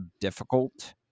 difficult